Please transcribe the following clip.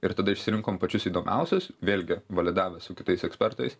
ir tada išsirinkom pačius įdomiausius vėlgi validavę su kitais ekspertais